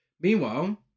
Meanwhile